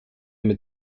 mit